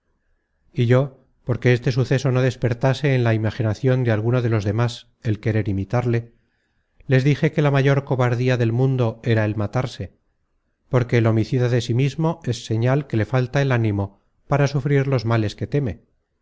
y yo porque este suceso no despertase en la imaginacion de alguno de los demas el querer imitarle les dije que la mayor cobardía del mundo era el matarse porque el homicida de sí mismo es señal que le falta el ánimo para sufrir los males que teme